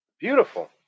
Beautiful